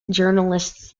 journalists